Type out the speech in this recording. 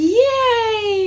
yay